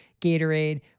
Gatorade